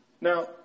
Now